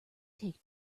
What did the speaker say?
take